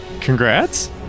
Congrats